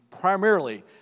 primarily